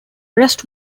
rest